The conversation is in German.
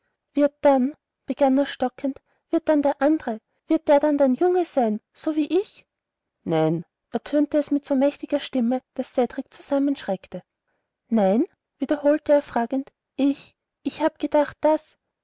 dann begann er stockend wird dann der andre wird der dann dein junge sein so wie ich nein ertönte es mit so mächtiger stimme daß cedrik zusammenschreckte nein wiederholte er fragend ich ich hab gedacht daß